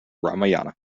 ramayana